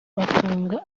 batunga